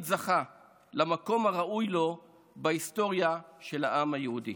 זכה למקום הראוי לו בהיסטוריה של העם היהודי.